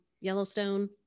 Yellowstone